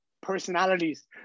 personalities